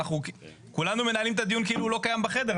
ואנחנו כולנו מנהלים את הדיון כאילו הוא לא קיים בחדר.